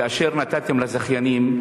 כאשר נתתם לזכיינים,